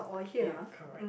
ya correct